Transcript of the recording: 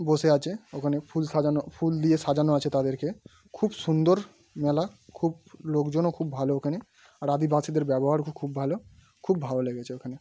বসে আছে ওখানে ফুল সাজানো ফুল দিয়ে সাজানো আছে তাদেরকে খুব সুন্দর মেলা খুব লোকজনও খুব ভালো ওখানে আর আদিবাসীদের ব্যবহারও খুব ভালো খুব ভালো লেগেছে ওখানে